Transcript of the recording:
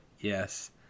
Yes